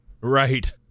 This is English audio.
Right